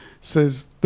says